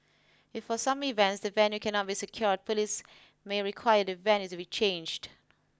if for some events the venue cannot be secured police may require the venue to be changed